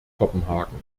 kopenhagen